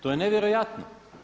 To je nevjerojatno.